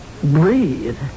breathe